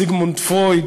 זיגמונד פרויד,